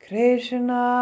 Krishna